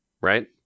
right